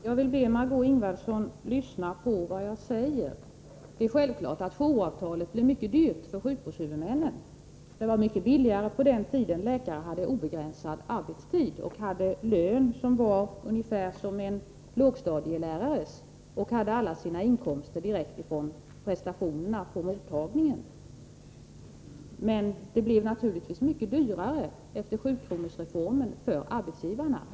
Herr talman! Jag vill be Margö Ingvardsson att lyssna på vad jag säger. Det är självklart att jouravtalet blir mycket dyrt för sjukvårdshuvudmännen. Det var mycket billigare på den tiden läkarna hade obegränsad arbetstid och ungefär samma lön som en lågstadielärare och fick alla sina inkomster från prestationerna på mottagningen. Det blev naturligtvis mycket dyrare för arbetsgivaren efter sjukronorsreformen.